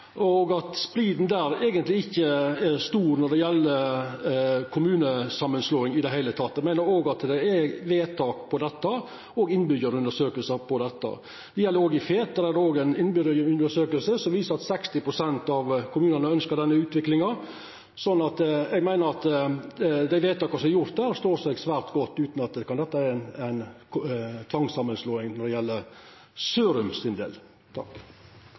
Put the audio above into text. og at spliden eigentleg ikkje er stor når det gjeld kommunesamanslåing i det heile. Eg meiner òg at det er vedtak og innbyggjarundersøkingar om dette. Det gjeld òg i Fet. Der er det òg ei innbyggjarundersøking, som viser at 60 pst. av kommunen ønskjer denne utviklinga. Så eg meiner at dei vedtaka som er gjorde der, står seg svært godt, utan at dette er ei tvangssamanslåing når det gjeld Sørum.